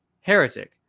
heretic